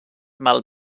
mal